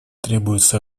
требуется